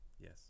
Yes